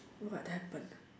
what happened